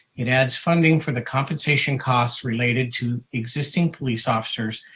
it adds funding for the compensation costs related to existing police officers,